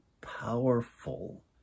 powerful